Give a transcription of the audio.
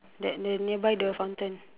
that the nearby the fountain